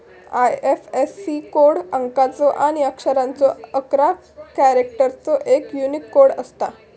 IFSC code अंकाचो आणि अक्षरांचो अकरा कॅरेक्टर्सचो एक यूनिक कोड असता